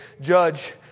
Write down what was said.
judge